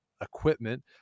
equipment